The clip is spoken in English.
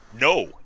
No